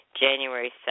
January